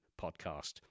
Podcast